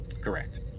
Correct